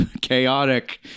chaotic